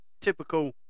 typical